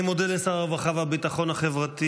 אני מודה מאוד לשר הרווחה והביטחון החברתי.